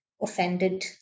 offended